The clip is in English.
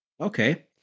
Okay